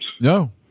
No